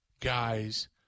guys